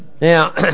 now